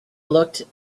looked